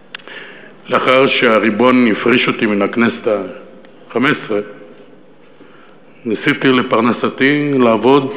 לאחר שהריבון הפריש אותי מן הכנסת החמש-עשרה ניסיתי לעבוד לפרנסתי,